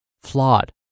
flawed